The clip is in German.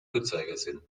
uhrzeigersinn